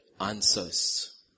answers